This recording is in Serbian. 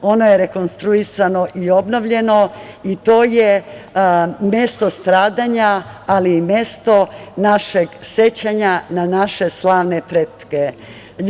Ono je rekonstruisano i obnovljeno i to je mesto stradanja, ali i mesto našeg sećanja na naše slavne pretke.